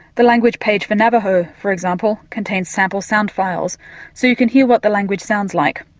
the language page for navajo for example contains sample sound files so you can hear what the language sounds like.